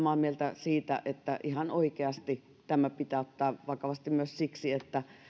samaa mieltä siitä että ihan oikeasti tämä pitää ottaa vakavasti myös siksi että